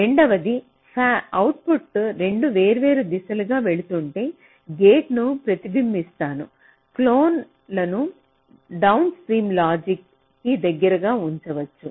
రెండవది అవుట్పుట్ 2 వేర్వేరు దిశలలో వెళుతుంటే గేట్ను ప్రతిబింబిస్తాము క్లోన్లను డౌన్ స్ట్రీమ్ లాజిక్ కి దగ్గరగా ఉంచవచ్చు